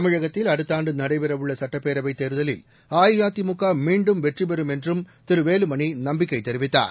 தமிழகத்தில் அடுத்தஆண்டுநடைபெறஉள்ளசட்டப்பேரவைத் தேர்தலில் அஇஅதிமுகமீன்டும் வெற்றிபெறும் என்றும் திருவேலுமணிநம்பிக்கைதெரிவித்தார்